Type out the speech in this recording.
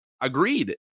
Agreed